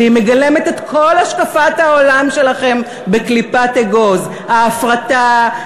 והיא מגלמת את כל השקפת העולם שלכם בקליפת אגוז: ההפרטה,